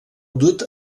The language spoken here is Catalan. dut